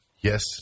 Yes